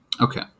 Okay